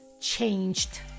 changed